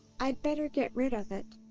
i'd better get rid of it.